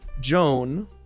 Joan